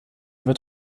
wird